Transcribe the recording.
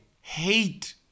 hate